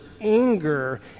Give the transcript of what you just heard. anger